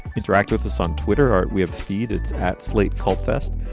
interact with this on twitter art. we ah feed it at slate called fest.